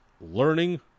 learning